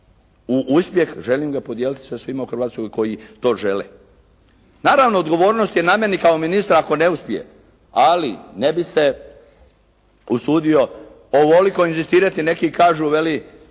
u uspjeh, želim ga podijeliti sa svima u Hrvatskoj koji to žele. Naravno odgovornost je na meni kao ministra ako ne uspije, ali ne bi se usudio ovoliko inzistirati. Neki kažu veli